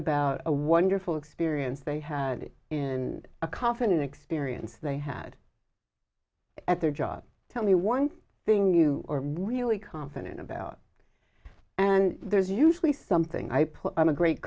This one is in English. about a wonderful experience they had in a cough an experience they had at their job tell me one thing you are really confident about and there's usually something i put on a great